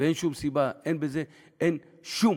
אין שום סיבה, אין שום